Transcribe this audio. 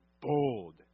bold